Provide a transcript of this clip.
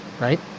right